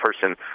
person